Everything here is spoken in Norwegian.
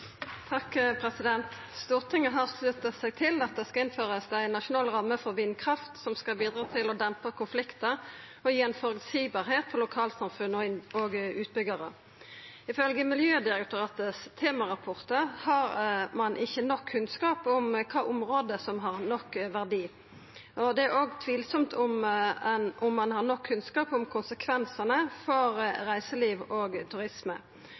har sluttet seg til at det skal innføres en nasjonal ramme for vindkraft som skal bidra til å dempe konflikter og gi en forutsigbarhet for lokalsamfunn og utbyggere. Ifølge Miljødirektoratets temarapporter har man ikke nok kunnskap om hvilke områder som har nok verdi. Det er også tvilsomt om man har nok kunnskap om konsekvensene for reiseliv og turisme.